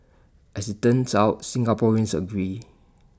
as IT turns out Singaporeans agree